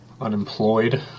unemployed